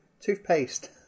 toothpaste